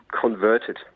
converted